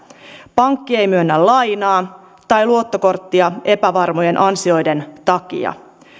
pankki ei myönnä lainaa tai luottokorttia epävarmojen ansioiden takia